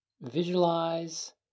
visualize